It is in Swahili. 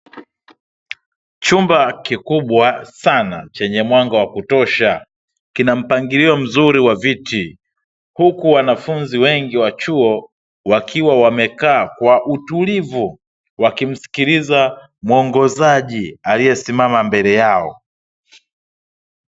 Chumba kikubwa sana chenye mwanga wa kutosha, kina mpangilio mzuri wa viti huku wanafunzi wengi wa chuo wakiwa wamekaa kwa utulivu, wakimsikiliza muongozaji aliyesimama mbele yao.